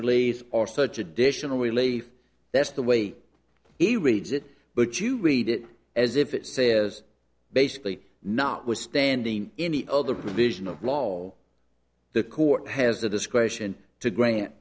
release or such additional relief that's the way he reads it but you read it as if it says basically not withstanding any other provision of law all the court has the discretion to grant